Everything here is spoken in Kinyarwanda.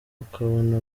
ukabona